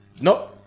No